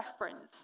reference